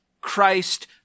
Christ